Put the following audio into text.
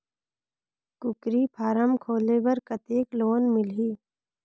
कूकरी फारम खोले बर कतेक लोन मिलही?